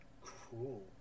cruel